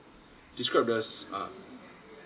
describe the s~ uh